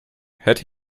hätte